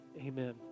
Amen